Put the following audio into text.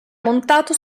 montato